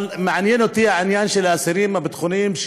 אבל מעניין אותי העניין של האסירים הביטחוניים,